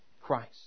Christ